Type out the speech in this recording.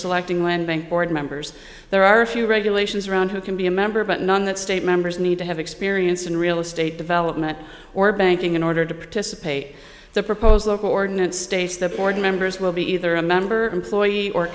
selecting lending board members there are few regulations around who can be a member but none that state members need to have experience in real estate development or banking in order to participate the proposal coordinate states the board members will be either a member employee or